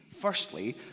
Firstly